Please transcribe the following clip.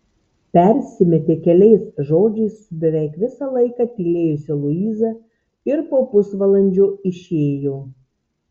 persimetė keliais žodžiais su beveik visą laiką tylėjusia luiza ir po pusvalandžio išėjo